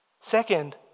Second